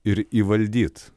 ir įvaldyt